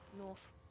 north